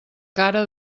cara